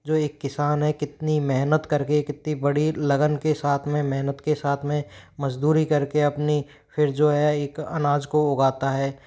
जो एक किसान है कितनी मेहनत कर के कितनी बड़ी लगन के साथ में मेहनत के साथ में मज़दूरी कर के अपनी फिर जो है एक अनाज को उगाता है